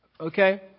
Okay